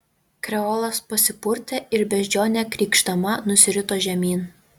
kreolas pasipurtė ir beždžionė krykšdama nusirito žemyn